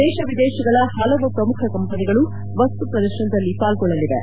ದೇಶ ವಿದೇಶಗಳ ಪಲವು ಪ್ರಮುಖ ಕಂಪನಿಗಳು ವಸ್ತು ಪ್ರದರ್ಶನದಲ್ಲಿ ಪಾಲ್ಗೊಳ್ಳಲಿವೆ